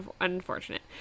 unfortunate